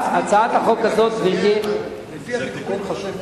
זה תיקון חשוב מאוד.